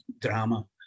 drama